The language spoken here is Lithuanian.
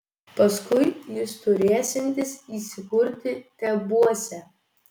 paskui jis turėsiantis įsikurti tebuose